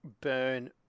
burn